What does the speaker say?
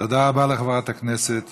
תודה רבה לחברת הכנסת